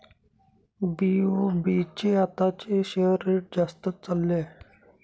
BOB चे आताचे share rate जास्तच चालले आहे